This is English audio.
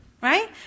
Right